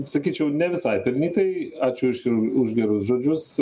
sakyčiau ne visai pelnytai ačiū už ir už gerus žodžius